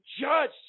judge